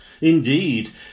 Indeed